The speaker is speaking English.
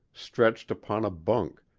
stretched upon a bunk,